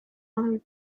other